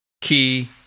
key